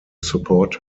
support